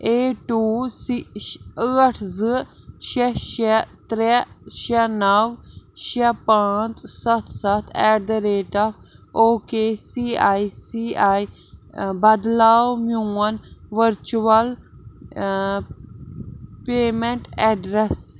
eight two سہِ ٲٹھ زٕ شےٚ شےٚ ترٛےٚ شےٚ نو شےٚ پانٛژ ستھ ستھ at the rate of O K C I C I بدلاو میٛون ؤرچُوَل پے مٮ۪نٛٹ ایٚڈرس